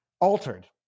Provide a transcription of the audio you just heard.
altered